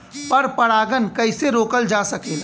पर परागन कइसे रोकल जा सकेला?